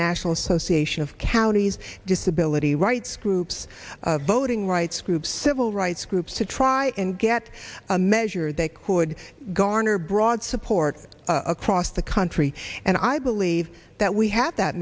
national association of counties disability rights groups voting rights groups civil rights groups to try and get a measure that could garner broad support across the country and i believe that we have that